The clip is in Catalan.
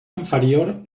inferior